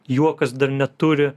juokas dar neturi